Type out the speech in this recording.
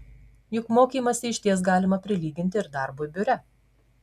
juk mokymąsi išties galima prilyginti ir darbui biure